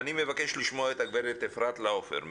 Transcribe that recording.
אני מבקש לשמוע את הגברת אפרת לאופר,